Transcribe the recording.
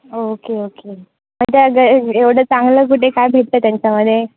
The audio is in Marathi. ओके ओके मग त्या ग एवढं चांगलं कुठे काय भेटतं त्यांच्यामध्ये